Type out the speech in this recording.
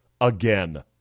again